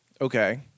Okay